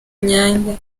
nyange